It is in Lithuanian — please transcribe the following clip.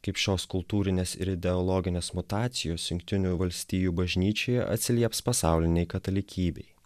kaip šios kultūrinės ir ideologinės mutacijos jungtinių valstijų bažnyčiai atsilieps pasaulinei katalikybei